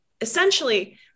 essentially